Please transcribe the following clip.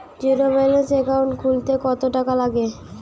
Zero balance account খুলতে কত টাকা লাগে?